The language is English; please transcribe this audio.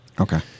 Okay